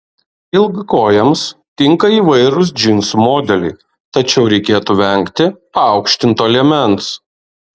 ilgakojėms tinka įvairūs džinsų modeliai tačiau reikėtų vengti paaukštinto liemens